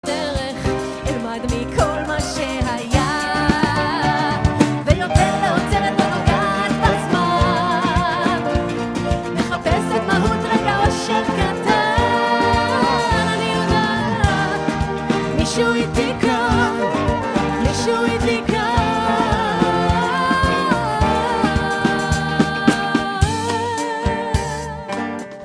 דרך אלמד מכל מה שהיה. ויותר לא עוצרת לא נוגעת בזמן, מחפשת מהות רגע אושר קטן, אני יודעת מישהו איתי כאן, מישהו איתי כאן